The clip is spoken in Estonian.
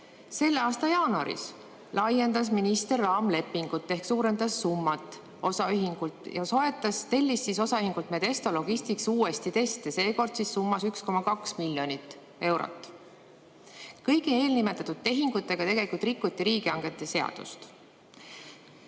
Selle aasta jaanuaris laiendas minister raamlepingut ehk suurendas summat ja tellis osaühingult Medesto Logistics uuesti teste, seekord summas 1,2 miljonit eurot. Kõigi eelnimetatud tehingutega tegelikult rikuti riigihangete seadust.